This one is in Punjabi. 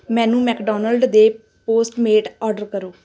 ਮੈਨੂੰ ਮੈਕਡੋਨਲਡ ਦੇ ਪੋਸਟਮੇਟ ਆਰਡਰ ਕਰੋ